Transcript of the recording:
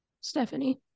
Stephanie